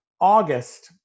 August